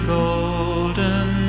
golden